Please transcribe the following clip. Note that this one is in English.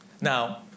Now